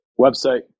website